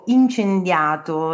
incendiato